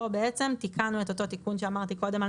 (פה בעצם תיקנו את אותו תיקון שאמרתי קודם על